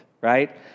right